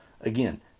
again